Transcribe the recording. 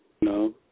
No